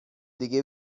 دیگه